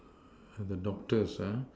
the doctors